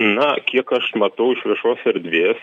na kiek aš matau iš viešos erdvės